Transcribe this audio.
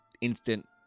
instant